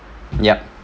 yup